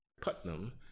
Putnam